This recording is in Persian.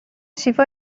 شیوا